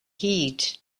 heed